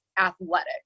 athletic